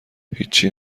هیچچی